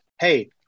Hey